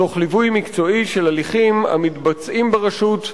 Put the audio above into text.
תוך ליווי מקצועי של הליכים המתבצעים ברשות,